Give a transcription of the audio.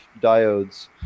diodes